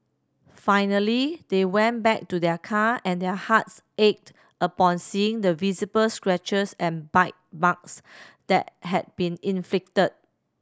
finally they went back to their car and their hearts ached upon seeing the visible scratches and bite marks that had been inflicted